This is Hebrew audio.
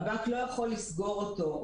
הבנק לא יכול לסגור אותו.